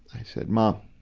i said, mom.